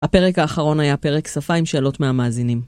הפרק האחרון היה פרק שפה עם שאלות מהמאזינים.